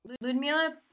ludmila